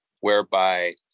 whereby